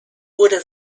wurde